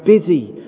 busy